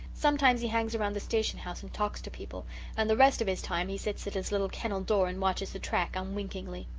sometimes he hangs around the station house and talks to people and the rest of his time he sits at his little kennel door and watches the track unwinkingly.